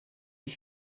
die